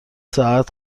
ساعت